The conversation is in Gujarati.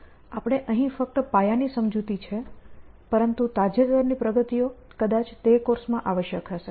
આપણે અહીં ફક્ત પાયા ની સમજૂતી છે પરંતુ તાજેતરની પ્રગતિઓ કદાચ તે કોર્સમાં આવશ્યક હશે